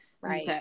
Right